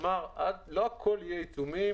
אמרת שלא הכל יהיו עיצומים.